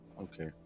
okay